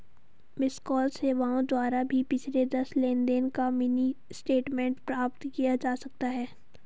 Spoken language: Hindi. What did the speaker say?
मिसकॉल सेवाओं द्वारा भी पिछले दस लेनदेन का मिनी स्टेटमेंट प्राप्त किया जा सकता है